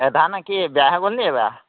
ধান কি বেয়া হৈ গ'ল নেকি এইবাৰ